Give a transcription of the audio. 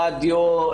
רדיו,